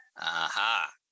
Aha